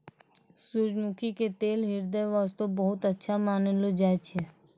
सूरजमुखी के तेल ह्रदय वास्तॅ बहुत अच्छा मानलो जाय छै